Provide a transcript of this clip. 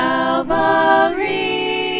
Calvary